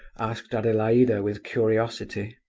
asked adelaida, with curiosity.